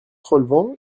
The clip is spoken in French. relevant